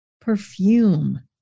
perfume